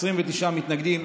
29 מתנגדים,